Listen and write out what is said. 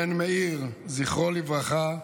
בן מאיר, זכרו לברכה,